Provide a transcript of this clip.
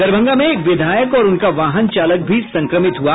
दरभंगा में एक विधायक और उनका वाहन चालक भी संक्रमित हुआ